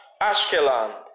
Ashkelon